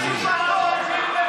על טיסה לשום מקום, על מטוס שמתרסק.